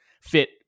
fit